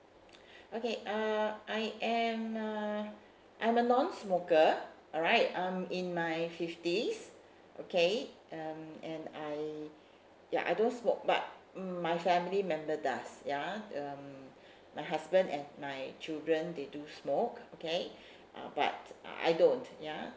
okay uh I am uh I'm a non-smoker alright um in my fifties okay um and I ya I don't smoke but my family member does ya um my husband and my children they do smoke okay uh but I don't ya